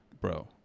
Bro